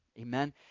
Amen